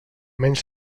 menys